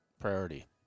priority